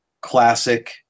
classic